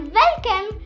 welcome